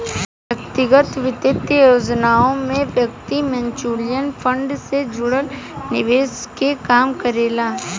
व्यक्तिगत वित्तीय योजनाओं में व्यक्ति म्यूचुअल फंड से जुड़ल निवेश के काम करेला